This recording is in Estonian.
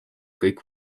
kõik